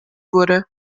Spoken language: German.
wurde